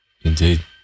Indeed